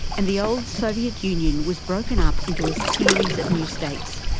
and the old soviet union was broken up into a series of new states,